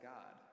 God